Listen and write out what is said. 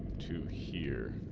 to hear